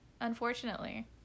Unfortunately